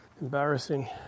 Embarrassing